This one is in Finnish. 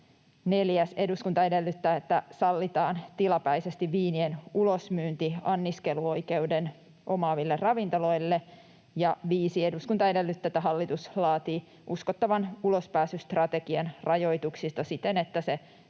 Neljäs: ”Eduskunta edellyttää, että sallitaan tilapäisesti viinien ulosmyynti anniskeluoikeuden omaaville ravintoloille.” Ja viides: ”Eduskunta edellyttää, että hallitus laatii uskottavan ulospääsystrategian rajoituksista siten, että se